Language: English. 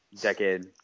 decade